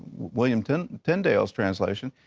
william tyndale's tyndale's translation,